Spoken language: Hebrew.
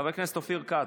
חבר הכנסת אופיר כץ,